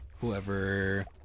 Whoever